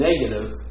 negative